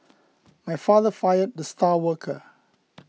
my father fired the star worker